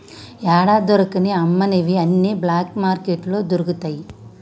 యాడా దొరకని అమ్మనివి అన్ని బ్లాక్ మార్కెట్లో దొరుకుతయి